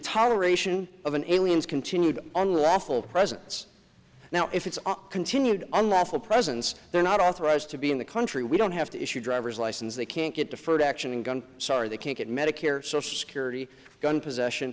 toleration of an alien's continued unlawful presence now if it's continued unlawful presence they're not authorized to be in the country we don't have to issue driver's license they can't get deferred action and gun sorry they can't get medicare social security gun possession